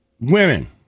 Women